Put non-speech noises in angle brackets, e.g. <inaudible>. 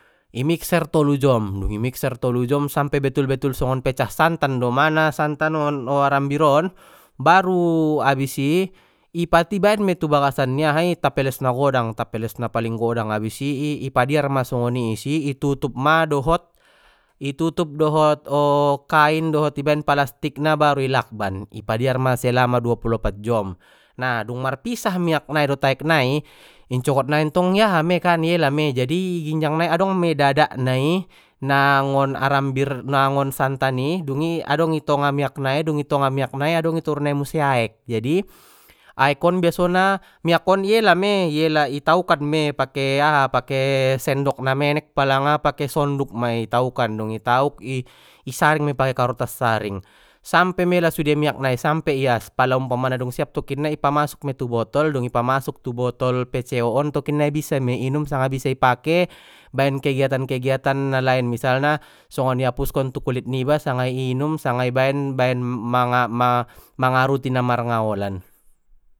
I mikser tolu jom dung i mikser tolu jom sampe betul betul songon pecah santan domana santan on o arambir on baru abis i ipat ibaen mei tu bagasan ni ahai tapeles na godang tapeles na paling godang abis i i padiar ma soni isi i tutup ma dohot i tutup dohot <hesitation> kain dohot i baen palastik na baru i lakban i padiar ma selama dua pulu opat jom na dung mar pisah miak nai dot aek nai incogot nai ntong i aha mei kan i ela mei jadi i ginjang nai adong mei dadak na i na ngon arambir nangon santan i dungi adong i tonga miak nai dung i tonga miak nai adong i toru nai muse aek jadi aek on biasona miak on i ela mei i ela i taukkan mei pake aha pake sendok na menek pala nga pake sonduk mei i taukkan dungi tauk i saring mei pake karotas saring sampe mela sude miak nai sampe ias pala umpamana dung siap tokinnai i pamasuk mei tu botol dung i pamasuk tu botol vco on tokinnai bisa mei i inum sanga bisa i pake baen kegiatan kegiatan na laen misalna songon i apuskon tu kulit niba sanga i inum sanga i baen baen manga-mangaruti na mar ngaolan.